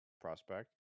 prospect